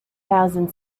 thousand